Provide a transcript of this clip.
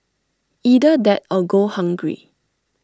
either that or go hungry